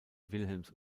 wilhelms